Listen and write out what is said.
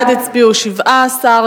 בעד הצביעו 17,